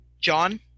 John